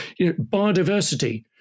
biodiversity